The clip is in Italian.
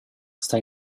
sta